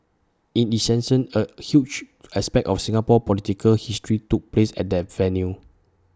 in essence A huge aspect of Singapore's political history took place at that venue